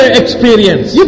experience